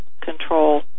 control